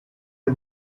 you